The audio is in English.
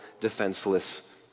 defenseless